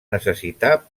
necessitar